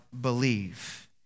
believe